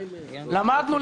למדנו,